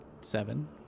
Seven